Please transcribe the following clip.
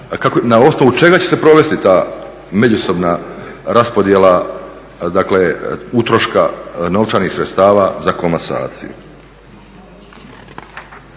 na osnovu čega će se provesti ta međusobna raspodjela dakle utroška novčanih sredstava za komasaciju.